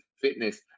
fitness